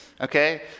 Okay